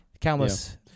countless